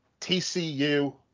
TCU